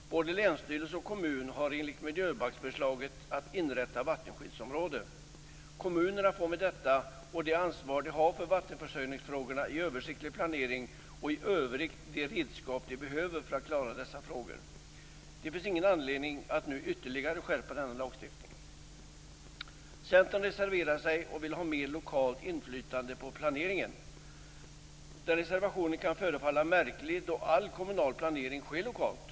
Både länsstyrelse och kommun kan enligt miljöbalksförslaget inrätta vattenskyddsområde. Kommunerna får med detta och det ansvar de har för vattenförsörjningsfrågorna i översiktlig planering och i övrigt de redskap de behöver för att klara dessa frågor. Det finns ingen anledning att nu ytterligare skärpa denna lagstiftning. Centern reserverar sig och vill ha mer lokalt inflytande på planeringen. Reservationen kan förefalla märklig, då all kommunal planerings sker lokalt.